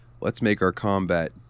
let's-make-our-combat